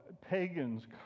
pagans